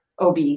OB